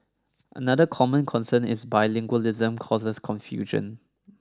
another common concern is bilingualism causes confusion